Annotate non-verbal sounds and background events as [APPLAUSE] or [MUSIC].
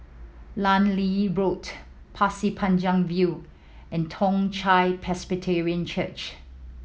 [UNINTELLIGIBLE] Lee Road Pasir Panjang View and Toong Chai Presbyterian Church